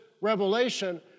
revelation